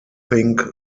think